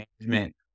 management